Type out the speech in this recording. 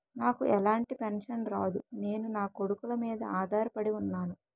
నాకు ఎలాంటి పెన్షన్ రాదు నేను నాకొడుకుల మీద ఆధార్ పడి ఉన్నాను